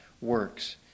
works